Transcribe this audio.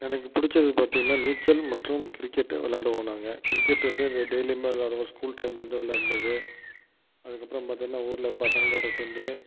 எனக்கு பிடிச்சது பார்த்திங்கன்னா நீச்சல் மற்றும் கிரிக்கெட் விளாடுவோம் நாங்கள் கிரிக்கெட் வந்து டெய்லியுமே விளாடுவோம் ஸ்கூல் டைமில் வந்து விளாண்டது அதுக்கப்புறம் பார்த்திங்கன்னா ஊரில் பசங்க கூட சேர்ந்து